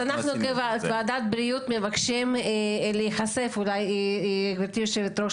אז אנחנו כוועדת בריאות מבקשים להיחשף -- גברתי יושבת הראש,